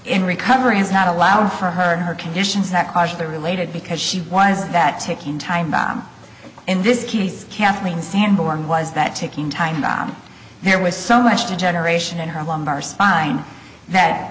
in recovery is not allowed for her or her conditions that they're elated because she was that ticking time bomb in this case kathleen sanborn was that ticking time bomb and there was so much degeneration in her lumbar spine that